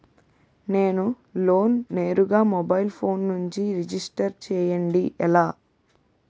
నేను లోన్ నేరుగా mobile phone నుంచి రిజిస్టర్ చేయండి ఎలా?